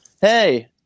Hey